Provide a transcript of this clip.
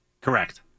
correct